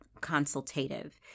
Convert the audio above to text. consultative